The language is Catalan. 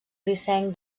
disseny